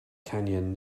canyon